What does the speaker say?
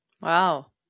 Wow